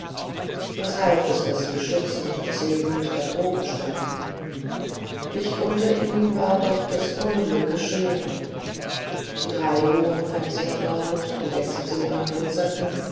was half es daß sie schützend und segnend da droben standen dicht unter ihnen war doch das unglück geschehen die drei hohen fenster dort die jetzt silbern glitzerten